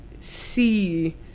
see